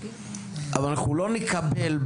אבל אנחנו לא נקבל,